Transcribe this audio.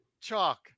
chalk